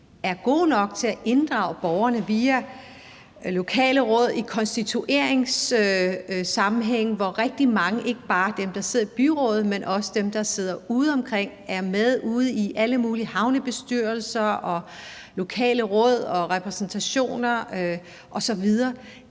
er gode nok til at inddrage borgerne via lokale råd i konstitueringssammenhænge, hvor rigtig mange, ikke bare dem, der sidder i byrådet, men også dem, der sidder udeomkring, er med i alle mulige havnebestyrelser, lokale råd og repræsentationer osv.?